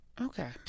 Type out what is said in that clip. Okay